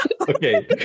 Okay